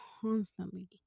constantly